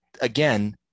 again